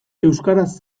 euskaraz